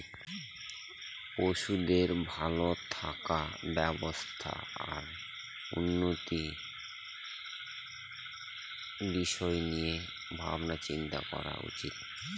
পশুদের ভালো থাকার ব্যবস্থা আর উন্নতির বিষয় নিয়ে ভাবনা চিন্তা করা উচিত